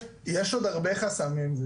יש עוד הרבה חסמים.